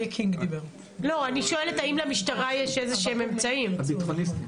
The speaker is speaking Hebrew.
קיבלנו החלטה שאנחנו נפתח את זה באופן חד-צדדי.